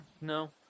No